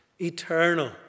eternal